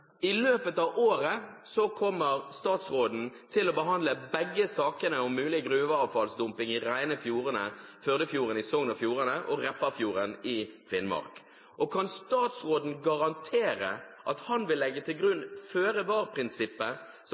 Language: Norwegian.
I løpet av året kommer statsråden til å behandle begge sakene om mulig gruveavfallsdumping i de rene fjordene Førdefjorden i Sogn og Fjordane og Repparfjorden i Finnmark. Kan statsråden garantere at han vil legge til grunn føre